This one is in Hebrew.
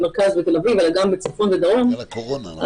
המרכז ותל אביב אלא גם בצפון ובדרום ובחיפה.